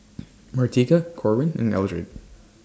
Martika Corwin and Eldred